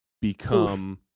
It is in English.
become